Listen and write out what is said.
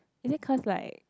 is it cause like